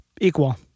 equal